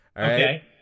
Okay